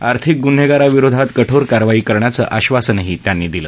आर्थिक गुन्हेगारा विरोधात कठोर कारवाईचं आश्वासन त्यांनी दिलं